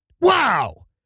Wow